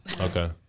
Okay